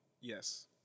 Yes